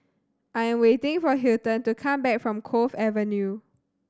I am waiting for Hilton to come back from Cove Avenue